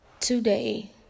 Today